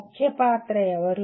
ముఖ్య పాత్ర ఎవరు